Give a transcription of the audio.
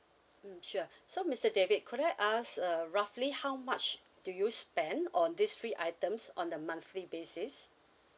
mm sure so mister david could I ask uh roughly how much do you spend on these three items on a monthly basis